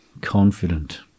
confident